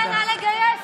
(קוראת בשמות חברי הכנסת)